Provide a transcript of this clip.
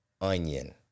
onion